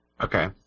Okay